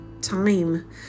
Time